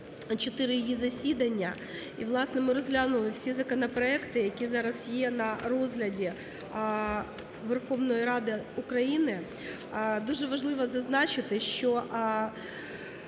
чотири її засідання і власне ми розглянули всі законопроекти, які зараз є на розгляді Верховної Ради України. Дуже важливо зазначити, що